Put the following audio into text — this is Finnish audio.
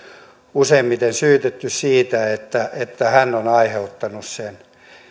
useimmiten syytetty siitä että hän on aiheuttanut sen jos